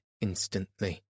instantly